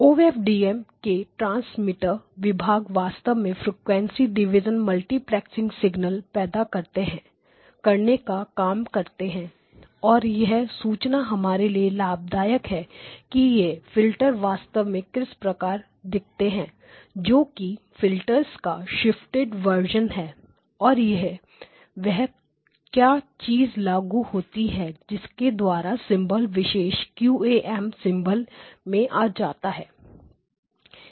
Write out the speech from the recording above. ओ F D M OFDM के transmitter भाग वास्तव में फ्रिकवेंसी डिविजन मल्टीप्लेक्स सिग्नल पैदा करने का काम करता है और यह सूचना हमारे लिए लाभदायक है कि यह फिल्टर वास्तव में किस प्रकार के दिखते हैं जो कि फिल्टर्स का शिफ्टेड वर्जन है और वह क्या चीज लागू होती है जिसके द्वारा सिंबल्स विशेष QAM सिंबल में आ जाता है